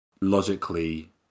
logically